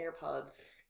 airpods